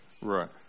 Right